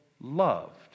loved